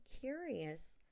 curious